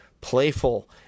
playful